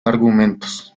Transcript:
argumentos